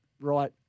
right